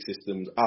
systems